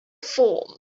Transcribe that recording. form